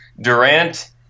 Durant